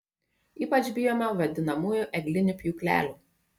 ypač bijoma vadinamųjų eglinių pjūklelių